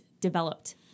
developed